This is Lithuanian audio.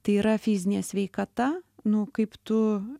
tai yra fizinė sveikata nu kaip tu